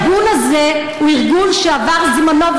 וכל הארגון הזה הוא ארגון שעבר זמנו,